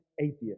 atheist